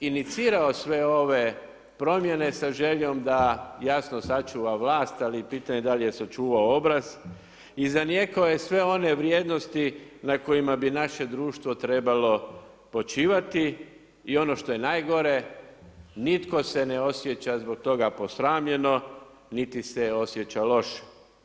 Premjer je inicirao sve ove promjene sa željom, da jasno sačuva vlast, ali je pitanje da li je sačuvao obraz i zanijekao je sve one vrijednosti na kojima bi naše društvo trebalo počivati i ono što je najgore, nitko se ne osjeća zbog toga posramljeno niti se osjeća loše.